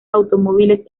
automóviles